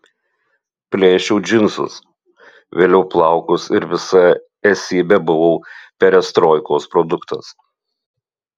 plėšiau džinsus vėliau plaukus ir visa esybe buvau perestroikos produktas